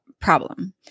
problem